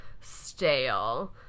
stale